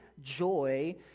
joy